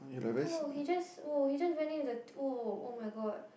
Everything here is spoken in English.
!woah! he just !woah! he just went in with the !woah! [oh]-my-god